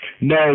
No